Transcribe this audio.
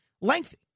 Lengthy